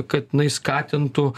kad jinai skatintų